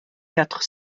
quatre